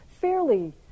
fairly